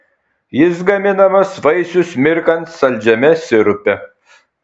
jis gaminamas vaisius mirkant saldžiame sirupe